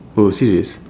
oh serious